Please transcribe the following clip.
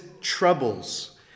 troubles